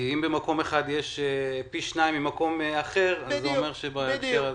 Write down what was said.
אם במקום אחד יש פי שניים ממקום אחר אז זה אומר --- בדיוק.